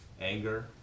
anger